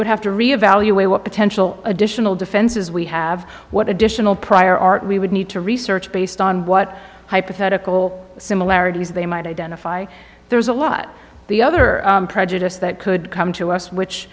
would have to re evaluate what potential additional defenses we have what additional prior art we would need to research based on what hypothetical similarities they might identify there's a lot the other prejudice that could come to us which